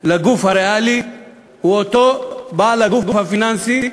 לגוף הריאלי הוא אותו בעל הגוף הפיננסי,